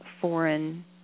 foreign